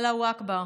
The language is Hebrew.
אללהו אכבר.